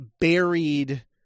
buried